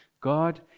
God